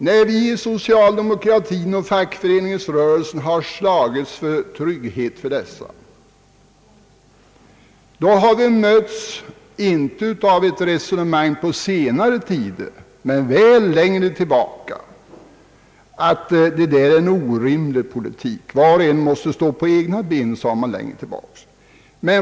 När vi i socialdemokratin och fackföreningsrörelsen har slagits för deras trygghet har vi — inte på senare tid men väl tidigare — mötts av resonemanget att var och en måste stå på egna ben.